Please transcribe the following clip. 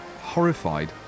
Horrified